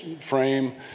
frame